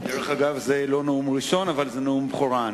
דרך אגב, זה לא נאום ראשון אבל זה נאום בכורה.